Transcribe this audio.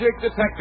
Detective